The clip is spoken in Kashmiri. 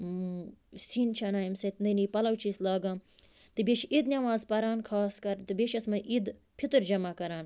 سِنۍ چھِ اَنان أمۍ سۭتۍ نٕے نٕے پَلَو چھِ أسۍ لاگان تہٕ بیٚیہِ چھِ عِد نماز پران خاص کر تہٕ بیٚیہِ چھِ اس منٛز عید فطر جما کران